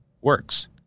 works